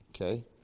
Okay